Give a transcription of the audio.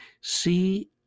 See